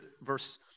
verse